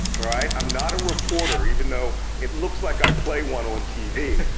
right? i'm not a reporter even though it looks like i play one on tv.